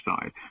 side